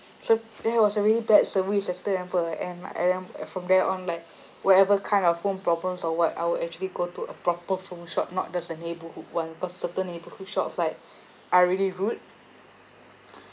so that was a really bad service I still remember and my and then from then on like whatever kind of phone problems or what I will actually go to a proper phone shop not just the neighbourhood one cause certain neighbourhood shops like are really rude